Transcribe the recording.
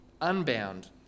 unbound